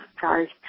Sorry